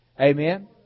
amen